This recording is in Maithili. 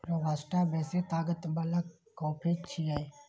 रोबास्टा बेसी ताकत बला कॉफी छियै